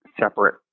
separate